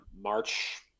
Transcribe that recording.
March